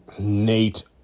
Nate